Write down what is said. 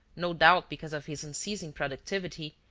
no doubt because of his unceasing productivity,